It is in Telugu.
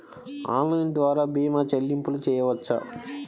ఆన్లైన్ ద్వార భీమా చెల్లింపులు చేయవచ్చా?